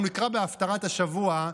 אנחנו נקרא בהפטרת השבוע,